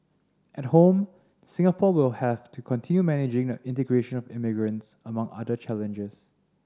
at home Singapore will have to continue managing the integration of immigrants among other challenges